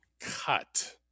cut